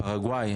פרגוואי,